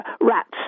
rats